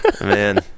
Man